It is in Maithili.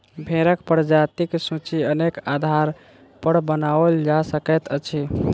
भेंड़क प्रजातिक सूची अनेक आधारपर बनाओल जा सकैत अछि